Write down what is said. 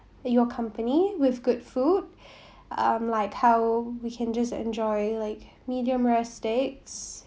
like your company with good food um like how we can just enjoy like medium rare steaks